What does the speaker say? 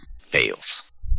fails